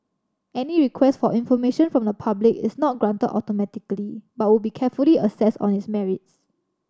any request for information from the public is not granted automatically but would be carefully assessed on its merits